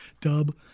Dub